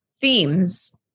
themes